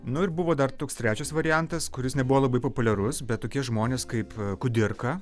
nu ir buvo dar toks trečias variantas kuris nebuvo labai populiarus bet tokie žmonės kaip kudirka